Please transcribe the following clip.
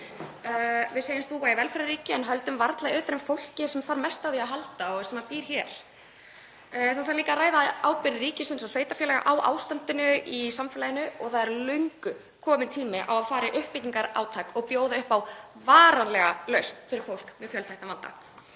Við segjumst búa í velferðarríki en höldum varla utan um fólkið sem þarf mest á því að halda og sem býr hér. Það þarf líka að ræða ábyrgð ríkisins og sveitarfélaga á ástandinu í samfélaginu og það er löngu kominn tími á að fara í uppbyggingarátak og bjóða upp á varanlega lausn fyrir fólk með fjölþættan vanda.